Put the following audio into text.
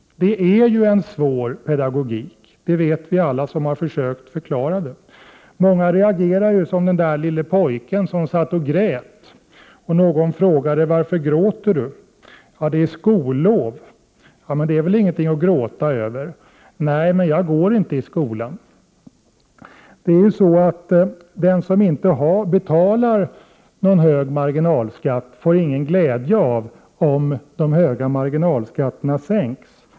Att det är en svår pedagogisk uppgift att förklara den frågan vet alla som har försökt göra det. Många reagerar ju som i historien där pojken satt och grät och någon frågade: Varför gråter Du? — Jo, det är skollov. — Men det är väl inget att gråta över? — Nej, Prot. 1988/89:59 men jag går inte i skolan. De som inte betalar en hög marginalskatt får inte 1 februari 1989 någon glädje av att marginalskatterna sänks.